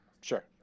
Sure